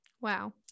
Wow